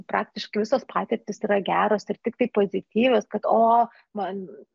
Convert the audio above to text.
praktiškai visos patirtys yra geros ir tiktai pozityvios kad o man